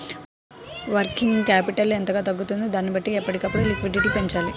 working capital ఎంతగా తగ్గుతుందో దానిని బట్టి ఎప్పటికప్పుడు లిక్విడిటీ పెంచాలి